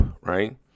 right